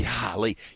Golly